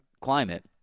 climate